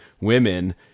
women